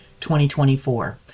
2024